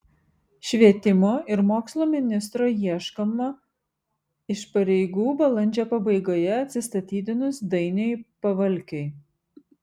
švietimo ir mokslo ministro ieškoma iš pareigų balandžio pabaigoje atsistatydinus dainiui pavalkiui